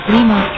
Lima